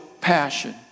passion